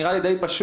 זה נראה לי די פשוט.